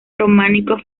románicos